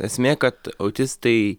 esmė kad autistai